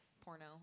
porno